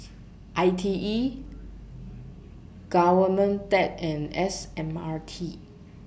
I T E Government Tech and S M R T